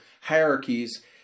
hierarchies